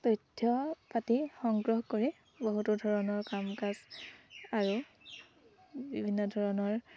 তথ্য পাতি সংগ্ৰহ কৰি বহুতো ধৰণৰ কাম কাজ আৰু বিভিন্ন ধৰণৰ